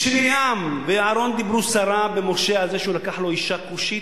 כשמרים ואהרן דיברו סרה במשה על זה שהוא לקח לו אשה כושית,